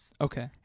Okay